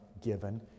given